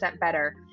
better